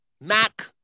Mac